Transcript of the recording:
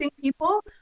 people